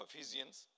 Ephesians